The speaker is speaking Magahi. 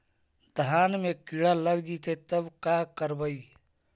धान मे किड़ा लग जितै तब का करबइ?